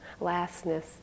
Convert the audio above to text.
lastness